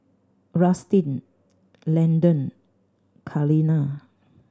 Rustin Landen Kaleena